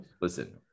listen